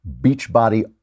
Beachbody